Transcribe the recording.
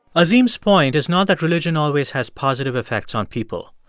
azim's point is not that religion always has positive effects on people.